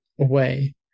away